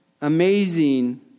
amazing